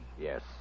Yes